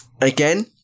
again